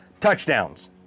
Touchdowns